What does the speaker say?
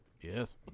Yes